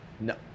no